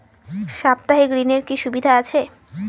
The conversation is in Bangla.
সাপ্তাহিক ঋণের কি সুবিধা আছে?